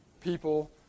People